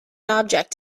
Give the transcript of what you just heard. object